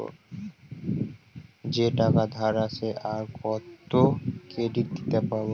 যে টাকা ধার আছে, আর কত ক্রেডিট নিতে পারবো?